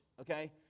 Okay